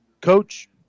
coach